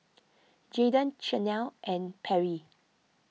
Jadon Chanelle and Perry